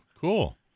cool